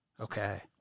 Okay